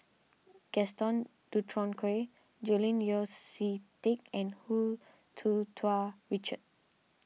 Gaston Dutronquoy Julian Yeo See Teck and Hu Tsu Tau Richard